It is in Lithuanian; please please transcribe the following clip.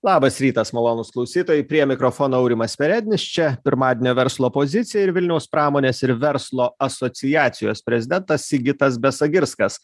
labas rytas malonūs klausytojai prie mikrofono aurimas perednis čia pirmadienio verslo pozicija ir vilniaus pramonės ir verslo asociacijos prezidentas sigitas besagirskas